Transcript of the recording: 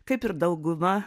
kaip ir dauguma